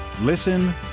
Listen